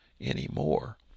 anymore